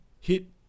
hit